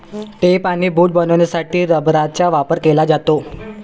tape आणि boot बनवण्यासाठी रबराचा वापर केला जातो